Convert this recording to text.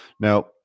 Now